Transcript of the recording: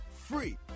free